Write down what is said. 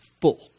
full